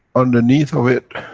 underneath of it,